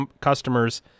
customers